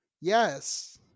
Yes